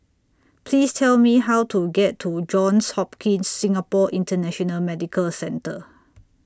Please Tell Me How to get to Johns Hopkins Singapore International Medical Centre